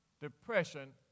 depression